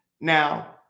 Now